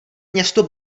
město